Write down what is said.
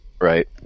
Right